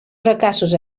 fracassos